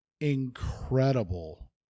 incredible